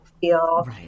feel